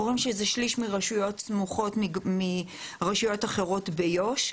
אנחנו רואים שזה שליש מרשויות סמוכות מרשויות אחרות ביו"ש,